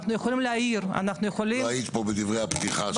אנחנו יכולים להעיר אנחנו יכולים -- לא היית פה בדברי הפתיחה שלי.